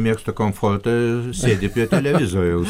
mėgsta komfortą ir sėdi prie televizoriaus